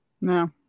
No